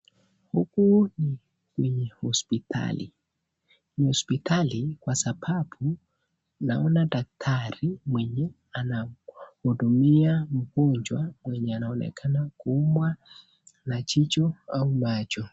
Huku ni kwenye hospitali. Ni hospitali kwa sababu naona daktari mwenye anahudumia mgonjwa mwenye anaonekana kuumwa na jicho au macho.